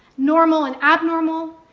normal and abnormal,